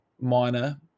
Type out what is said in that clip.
minor